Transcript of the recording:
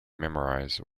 memorize